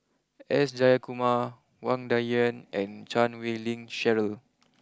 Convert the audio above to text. S Jayakumar Wang Dayuan and Chan Wei Ling Cheryl